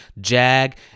jag